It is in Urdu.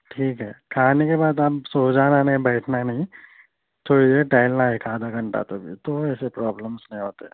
ٹھیک ہے کھانے کے بعد آپ سو جانا نہیں بیٹھنا نہیں تھوڑی دیر ٹہلنا ہے ایک آدھا گھنٹہ تو اس سے پرابلمس نہیں ہوتے